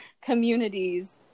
communities